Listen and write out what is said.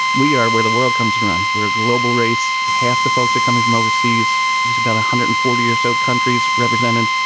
we are where the world comes around. we're a global race. half the folks are coming from overseas. about one hundred and forty or so countries represented.